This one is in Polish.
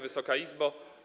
Wysoka Izbo!